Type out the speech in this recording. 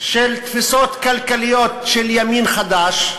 של תפיסות כלכליות של ימין חדש,